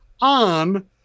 on